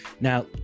now